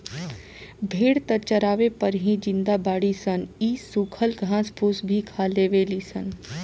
भेड़ त चारवे पर ही जिंदा बाड़ी सन इ सुखल घास फूस भी खा लेवे ली सन